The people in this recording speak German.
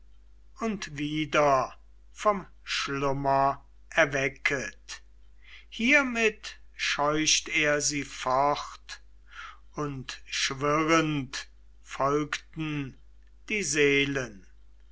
und wieder vom schlummer erwecket hiermit scheucht er sie fort und schwirrend folgten die seelen